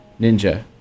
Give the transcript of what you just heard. Ninja